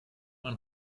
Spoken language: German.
man